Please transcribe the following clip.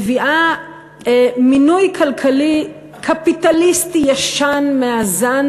מביאה מינוי כלכלי קפיטליסטי ישן מהזן